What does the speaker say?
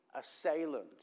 assailant